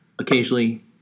occasionally